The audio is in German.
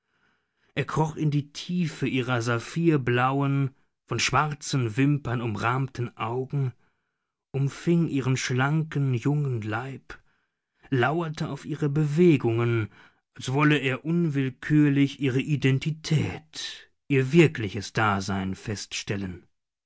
er kroch in die tiefe ihrer saphirblauen von schwarzen wimpern umrahmten augen umfing ihren schlanken jungen leib lauerte auf ihre bewegungen als wolle er unwillkürlich ihre identität ihr wirkliches dasein feststellen